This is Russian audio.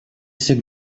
всех